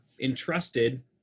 entrusted